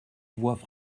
voient